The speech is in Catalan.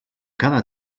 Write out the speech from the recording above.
cada